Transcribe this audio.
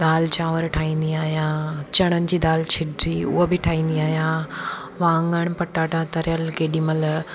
दाल चांवर ठाहींदी आहियां चणनि जी दाल छिॼी उहा बि ठाहींदी आहियां वाङण पटाटा तरियलु केॾीमहिल